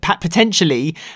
potentially